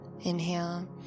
Inhale